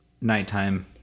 nighttime